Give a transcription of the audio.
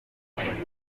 abagenzi